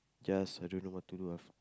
just I don't know what to do was